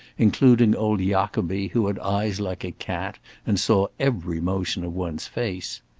including old jacobi, who had eyes like a cat and saw every motion of one's face.